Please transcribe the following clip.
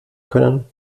können